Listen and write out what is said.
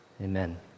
Amen